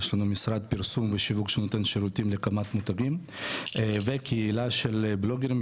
יש לנו משרד פרסום ושיווק שנותן שירות להקמת מותגים וקהילה של בלוגרים,